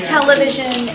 television